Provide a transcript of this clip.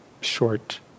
short